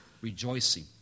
rejoicing